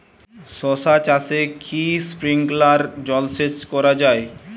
শশা চাষে কি স্প্রিঙ্কলার জলসেচ করা যায়?